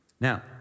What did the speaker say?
Now